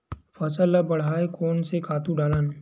फसल ल बढ़ाय कोन से खातु डालन?